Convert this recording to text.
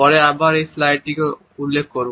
পরে আমরা আবার এই স্লাইডটি উল্লেখ করব